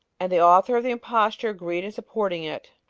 and the author of the imposture agreed in supporting it,